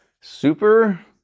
super